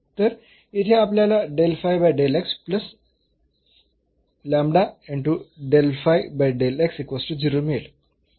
तर येथे आपल्याला मिळेल